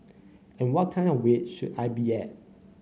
and what kind of weight should I be at